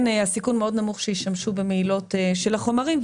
אלה שמנים שיש סיכון מאוד נמוך שהם ישמשו במהילה של חומרים,